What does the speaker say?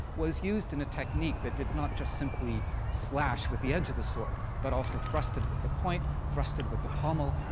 was used in a technique that did not just simply slash with the edge of the sword, but also thrusted with the point, thrusted with the pommel,